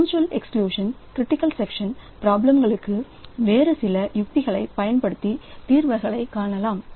mutual exclusion critical section problem களுக்கு வேறுசில யுக்திகளை பயன்படுத்தி தீர்வுகளை காணலாம்